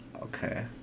Okay